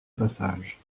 passage